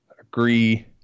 Agree